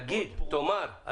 תאמר.